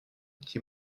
qui